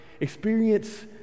experience